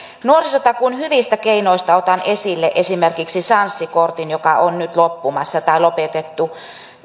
nuorisotakuun hyvistä keinoista otan esille esimerkiksi sanssi kortin joka on nyt loppumassa tai lopetettu